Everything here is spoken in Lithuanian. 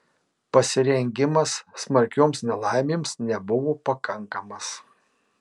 pasirengimas smarkioms nelaimėms nebuvo pakankamas